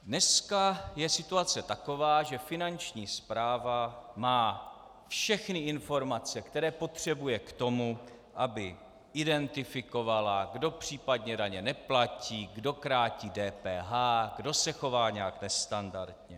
Dneska je situace taková, že Finanční správa má všechny informace, které potřebuje k tomu, aby identifikovala, kdo případně daně neplatí, kdo krátí DPH, kdo se chová nějak nestandardně.